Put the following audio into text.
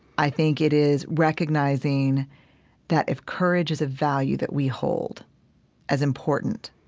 i think it is recognizing that, if courage is a value that we hold as important,